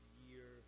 year